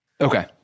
okay